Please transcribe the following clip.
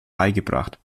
beigebracht